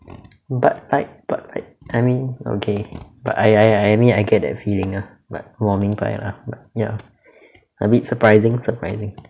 but like but like I mean okay but I I I mean I get that feeling ah but 我明白 lah ya a bit surprising surprising